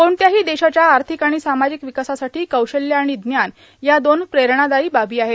कोणत्याही देशाच्या आर्थिक आणि सामाजिक विकासासाठी कौशल्य आणि ज्ञान या दोन प्रेरणादायी बाबी आहेत